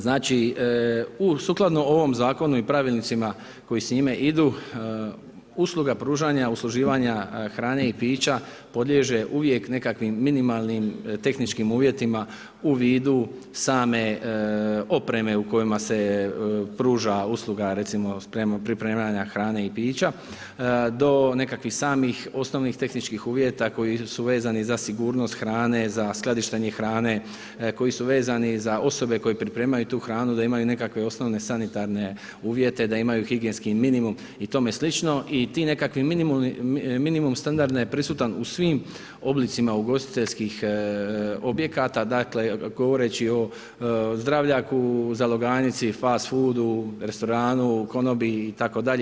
Znači, sukladno ovom Zakonu i pravilnicima koji s njime idu usluge pružanja usluživanja hrane i pića podliježe uvijek nekakvim minimalnim tehničkim uvjetima u vidu same opreme u kojima se pruža usluga recimo pripremanja hrane i pića, do nekakvih samih osnovnih tehničkih uvjeta koji su vezani za sigurnost hrane, za skladištenje hrane, koji su vezani za osobe koje pripremaju tu hranu da imaju nekakve osnovne sanitarne uvjete, da imaju higijenski minimum i tome slično i ti nekakvi minimum standarda je prisutan u svim oblicima ugostiteljskih objekata, dakle, govoreći o zdravljaku, zalogajnici, fast food, restoranu, konobi, itd.